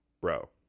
Bro